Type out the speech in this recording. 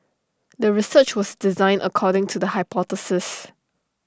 the research was designed according to the hypothesis